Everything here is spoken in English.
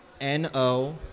N-O